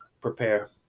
prepare